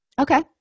Okay